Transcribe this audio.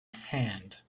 hand